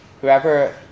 Whoever